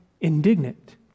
indignant